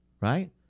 Right